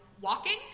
walking